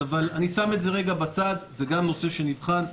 אני שם את זה לרגע בצד, זה גם נושא שנבחן.